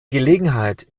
gelegenheit